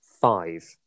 five